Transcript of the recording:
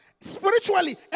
Spiritually